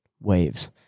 waves